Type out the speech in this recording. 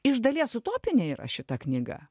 iš dalies utopinė yra šita knyga